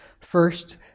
First